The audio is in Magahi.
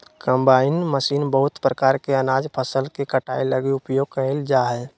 कंबाइन मशीन बहुत प्रकार के अनाज फसल के कटाई लगी उपयोग कयल जा हइ